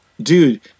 Dude